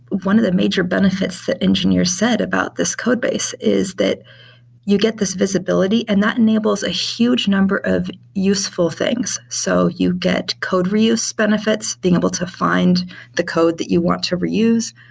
one of the major benefits that engineers said about this codebase is that you get this visibility, and that enables a huge number of useful things. so you get code reuse benefits, being able to find the code that you want to reuse.